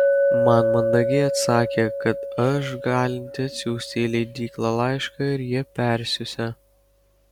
man mandagiai atsakė kad aš galinti atsiųsti į leidyklą laišką ir jie persiųsią